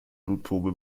blutprobe